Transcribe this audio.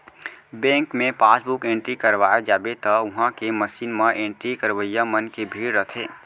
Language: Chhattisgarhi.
बेंक मे पासबुक एंटरी करवाए जाबे त उहॉं के मसीन म एंट्री करवइया मन के भीड़ रथे